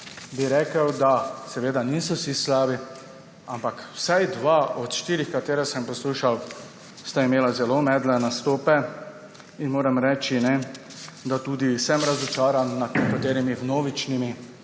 bi rekel, da niso vsi slabi, ampak vsaj dva od štirih, ki sem jih poslušal, sta imela zelo medle nastope. Moram reči, da sem razočaran tudi nad nekaterimi vnovičnimi